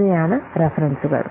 ഇവയാണ് റെഫറൻസുകൾ